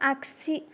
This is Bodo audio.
आगसि